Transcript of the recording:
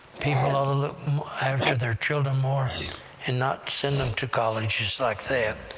people ought to look after their children more and not send them to colleges like that.